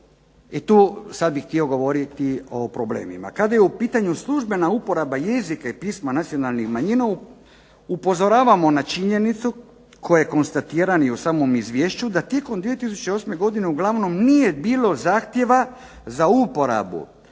i tu sada bih htio govoriti o problemima, kad je u pitanju službena uporaba jezika i pisma nacionalnih manjina upozoravamo na činjenicu koja je konstatirana i u samom izvješću, da tijekom 2008. godine uglavnom nije bilo zahtjeva za uporabu